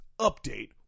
update